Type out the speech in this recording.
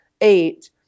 eight